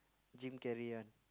Jim-Carrey one